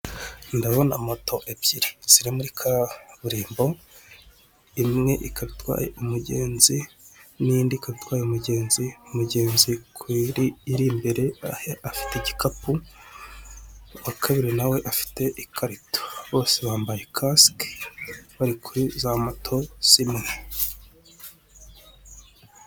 Ndabona moto ebyiri ziri muri kaburimbo, imwe ikaba itwaye umugenzi n'indi ikaba itwaye umugenzi, mugenzi ku yiri imbere afite igikapu, uwa kabiri na we afite ikarito, bose bambaye kasike bari kuri za moto zimwe.